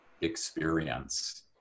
experience